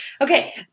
Okay